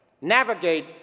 navigate